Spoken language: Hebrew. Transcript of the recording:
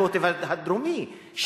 הקוטב הדרומי,